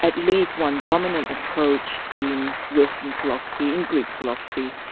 at least one dominant approach in western philosophy, in greek philosophy,